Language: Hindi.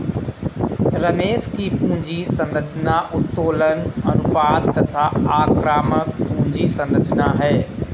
रमेश की पूंजी संरचना उत्तोलन अनुपात तथा आक्रामक पूंजी संरचना है